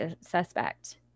suspect